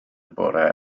bore